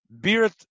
Beard